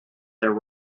there